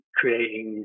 creating